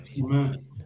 Amen